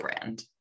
brand